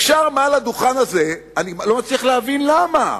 אפשר מעל הדוכן הזה, אני לא מצליח להבין למה,